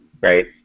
right